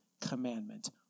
commandment